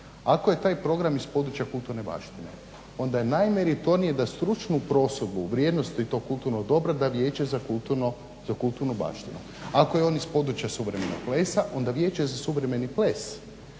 Ako je taj program iz područja kulturne baštine onda je naj meritornije da stručnu prosudbu u vrijednosti tog kulturnog dobra da vijeće za kulturnu baštinu. Ako je on iz područja suvremenog plesa onda vijeće za suvremeni ples